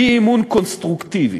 אי-אמון קונסטרוקטיבי.